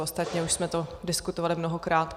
Ostatně už jsme to diskutovali mnohokrát.